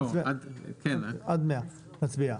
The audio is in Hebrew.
עד 100, נצביע.